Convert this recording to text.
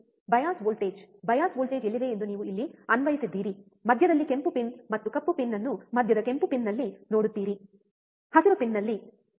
bias voltage bias voltage ಎಲ್ಲಿದೆ ಎಂದು ನೀವು ಇಲ್ಲಿ ಅನ್ವಯಿಸಿದ್ದೀರಿ ಮಧ್ಯದಲ್ಲಿ ಕೆಂಪು ಪಿನ್ ಮತ್ತು ಕಪ್ಪು ಪಿನ್ ಅನ್ನು ಮಧ್ಯದ ಕೆಂಪು ಪಿನ್ನಲ್ಲಿ ನೋಡುತ್ತೀರಿ ಹಸಿರು ಪಿನ್ನಲ್ಲಿ ಬಲ